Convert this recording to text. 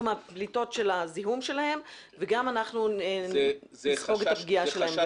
מהפליטות של הזיהום שלהן וגם אנחנו נספוג את הפגיעה שלהן.